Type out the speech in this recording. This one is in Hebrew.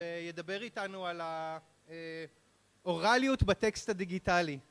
ידבר איתנו על האוראליות בטקסט הדיגיטלי